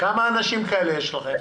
כמה אנשים כאלה יש לכם?